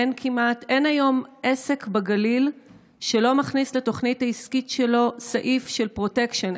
אין היום עסק בגליל שלא מכניס לתוכנית העסקית שלו סעיף של פרוטקשן.